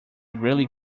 really